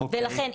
ולכן,